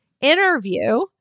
interview